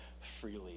freely